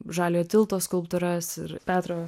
žaliojo tilto skulptūras ir petro